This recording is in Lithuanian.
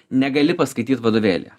negali paskaityt vadovėlyje